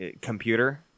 computer